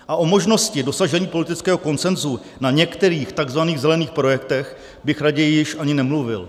A o možnosti dosažení politického konsenzu na některých takzvaných zelených projektech bych raději již ani nemluvil.